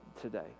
today